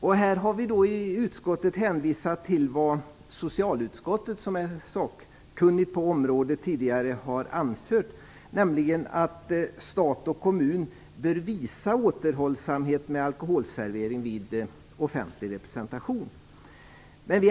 Vi har i utskottet hänvisat till vad socialutskottet, som är sakkunnigt på området, tidigare har anfört, nämligen att stat och kommun bör visa återhållsamhet med alkoholservering vid offentlig representation.